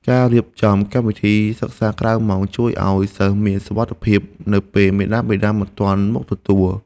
ការរៀបចំកម្មវិធីសិក្សាក្រៅម៉ោងជួយឱ្យសិស្សមានសុវត្ថិភាពនៅពេលមាតាបិតាមិនទាន់មកទទួល។